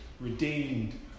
redeemed